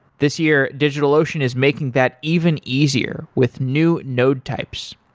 this year, digitalocean is making that even easier with new node types.